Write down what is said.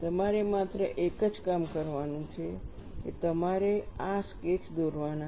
તમારે માત્ર એક જ કામ કરવાનું છે કે તમારે આ સ્કેચ દોરવાના છે